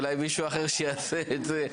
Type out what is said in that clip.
אולי מישהו אחר שיעשה את זה.